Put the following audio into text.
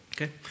okay